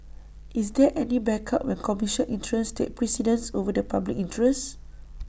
is there any backup when commercial interests take precedence over the public interest